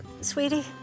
Sweetie